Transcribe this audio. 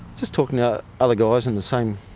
just talking to other guys in the same,